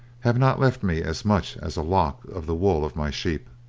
have not left me as much as a lock of the wool of my sheep.